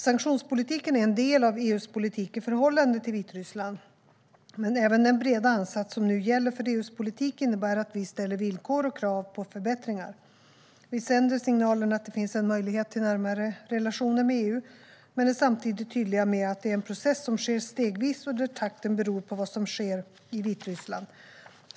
Sanktionspolitiken är en del av EU:s politik i förhållande till Vitryssland, men även den breda ansats som nu gäller för EU:s politik innebär att vi ställer villkor och krav på förbättringar. Vi sänder signalen att det finns en möjlighet till närmare relationer med EU, men är samtidigt tydliga med att det är en process som sker stegvis och där takten beror på vad som sker i Vitryssland.